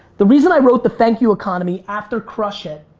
the reason i wrote the thank you economy after crush it!